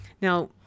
Now